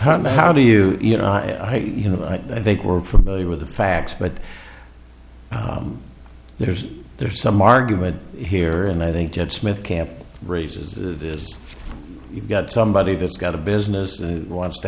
hum how do you you know i hate you know i think we're familiar with the facts but there's there's some argument here and i think that smith camp raises this you've got somebody that's got a business that wants to